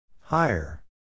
Higher